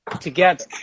together